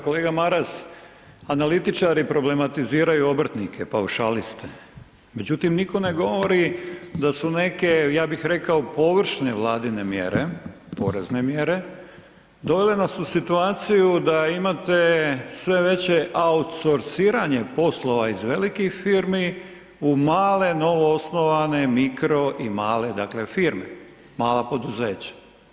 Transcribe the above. Kolega Maras, analitičari problematiziraju obrtnike, paušaliste međutim nitko ne govori da su neke, ja bih rekao površne Vladine mjere, porezne mjere, dovele nas u situaciju da imate sve veće outsorciranje poslova iz velikih firmi u male, novo osnovane mikro i male dakle firme, mala poduzeća.